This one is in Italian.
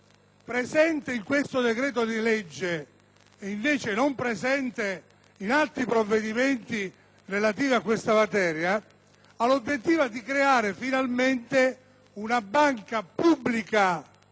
presente nel decreto-legge in esame e non invece in altri provvedimenti relativi a questa materia, l'obiettivo cioè di creare finalmente una banca pubblica